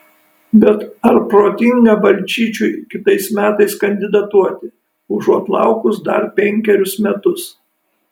bet ar protinga balčyčiui kitais metais kandidatuoti užuot laukus dar penkerius metus